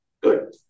Good